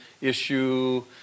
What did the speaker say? issue